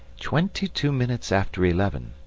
twenty-two minutes after eleven,